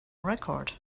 record